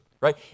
right